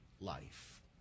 life